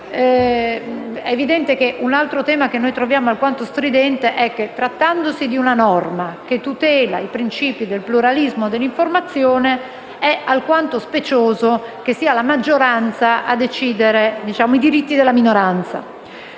Evidentemente un altro tema che noi troviamo alquanto stridente è che, trattandosi di una norma che tutela i principi del pluralismo dell'informazione, è alquanto specioso che sia la maggioranza a decidere i diritti della minoranza.